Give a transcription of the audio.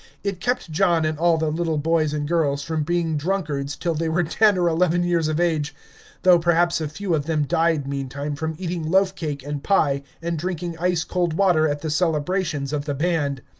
it kept john and all the little boys and girls from being drunkards till they were ten or eleven years of age though perhaps a few of them died meantime from eating loaf-cake and pie and drinking ice-cold water at the celebrations of the band.